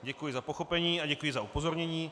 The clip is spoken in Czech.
Děkuji za pochopení a děkuji za upozornění.